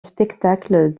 spectacle